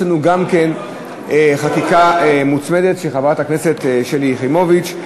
יש לנו גם הצעת חוק מוצמדת של חברת הכנסת שלי יחימוביץ,